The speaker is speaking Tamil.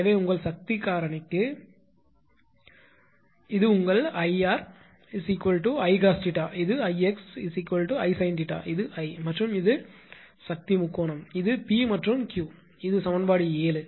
எனவே உங்கள் சக்தி காரணிக்குபவர் ஃபாக்டர் இது உங்கள் 𝐼𝑟 𝐼 cos 𝜃 இது 𝐼𝑥 𝐼 sin 𝜃 இது I மற்றும் இது சக்தி முக்கோணம் இது P மற்றும் இது Q இது சமன்பாடு 7